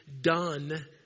done